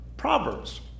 Proverbs